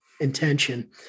intention